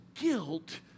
guilt